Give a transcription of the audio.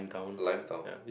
lime down